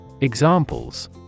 Examples